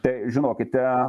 tai žinokite